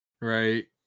Right